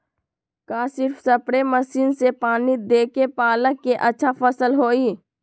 का सिर्फ spray machine से पानी देके पालक के अच्छा फसल होई?